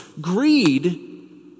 Greed